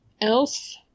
else